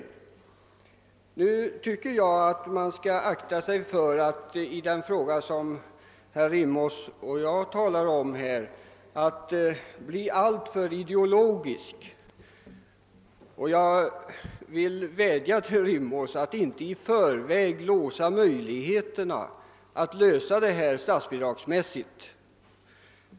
Jag tycker dock att man skall akta sig för att i den fråga som herr Rimås och jag talar om här, bli alltför ideologisk. Jag vill vädja till herr Rimås att inte i förväg eliminera möjligheterna att lösa detta problem genom statsbidrag.